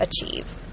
Achieve